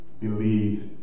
believe